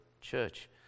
church